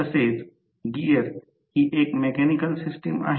मग नंतर हा स्क्विररेल केज रोटर आहे